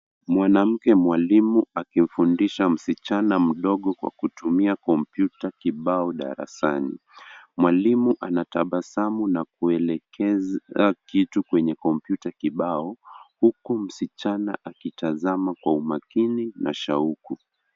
Mwanamke mwalimu akimfundisha msichana mdogo kwa kutumia kompyuta kibao darasani. Mwalimu anatabasamu na kueleza kitu kwenye kompyuta kibao huku msichana akitazama kwa umakini na shauku.